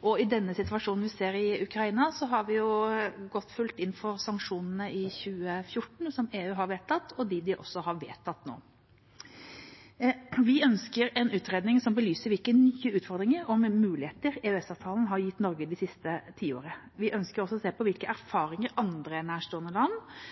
på den situasjonen vi ser i Ukraina, gikk vi fullt inn for sanksjonene som EU vedtok i 2014, og også dem de har vedtatt nå. Vi ønsker en utredning som belyser hvilke nye utfordringer og muligheter EØS-avtalen har gitt Norge de siste tiårene. Vi ønsker også å se på hvilke erfaringer andre nærstående land